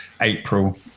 April